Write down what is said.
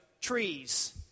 trees